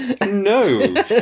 No